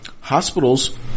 Hospitals